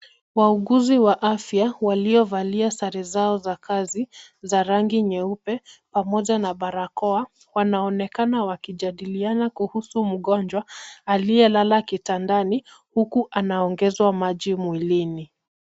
Wauguzi wa afya waliovalia sare zao za kazi za rangi nyeupe pamoja na barakoa wanaonekana wakijadiliana kuhusu mgonjwa aliyelala kitandani huku anaongezwa maji mwilini.